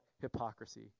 hypocrisy